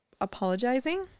apologizing